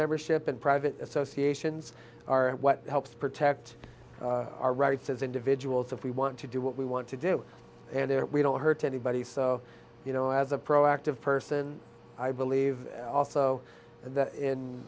membership and private associations are what helps protect our rights as individuals if we want to do what we want to do and there we don't hurt anybody so you know as a proactive person i believe also